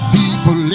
people